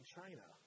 China